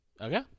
Okay